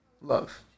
love